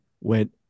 went